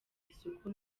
isuku